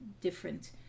different